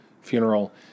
funeral